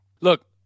look